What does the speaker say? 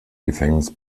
gefängnis